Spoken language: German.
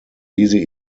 diese